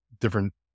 different